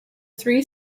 three